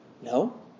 No